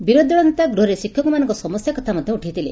ବିରୋଧିଦଳ ନେତା ଗୃହରେ ଶିକ୍ଷମାନଙ୍କ ସମସ୍ୟା କଥା ମଧ୍ଧ ଉଠାଇଥିଲେ